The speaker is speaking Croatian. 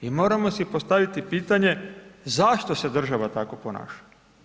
I moramo si postaviti pitanje, zašto se država tako ponaša.